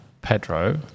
Pedro